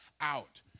out